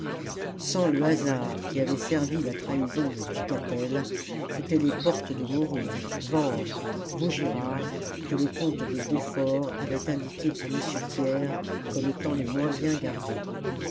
sans le hasard qui avait servi la trahison de ducatel c'étaient les portes de montrouge vanves vaugirard que le comte de beaufort avait indiquées à m thiers comme étant les moins bien gardées